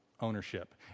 Ownership